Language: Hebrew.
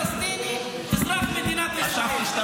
אני, כמובן, ערבי פלסטיני, אזרח מדינת ישראל.